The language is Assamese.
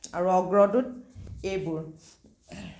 আৰু অগ্ৰদূত এইবোৰ